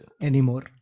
anymore